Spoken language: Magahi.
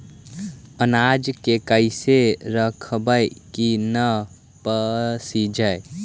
अनाज के कैसे रखबै कि न पसिजै?